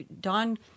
Don